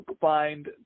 find